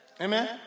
Amen